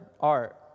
art